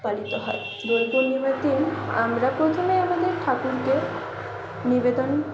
পালিত হয় দোল পূর্ণিমার দিন আমরা প্রথমে আমাদের ঠাকুরকে নিবেদন